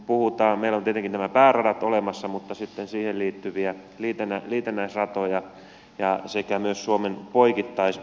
meillä on tietenkin nämä pääradat olemassa mutta sitten niihin liittyviä liitännäisratoja sekä myös suomen poikittaisyhteyksiä